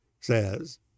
says